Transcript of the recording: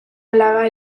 alaba